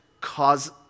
cause